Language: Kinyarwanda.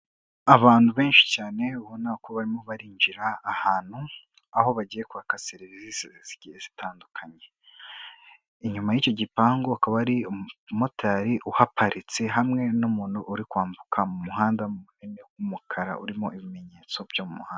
Abantu benshi cyane ubona ko barimo barinjira ahantu aho bagiye kwaka serivisi zigiye zitandukanye, inyuma y'icyo gipangu hakaba hari umumotari uhaparitse hamwe n'umuntu uri kwambuka mu muhanda munini w'umukara, urimo ibimenyetso byo mu muhanda.